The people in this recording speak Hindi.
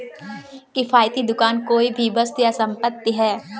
किफ़ायती दुकान कोई भी वस्तु या संपत्ति है